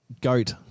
Goat